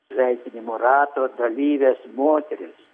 sveikinimo rato dalyves moteris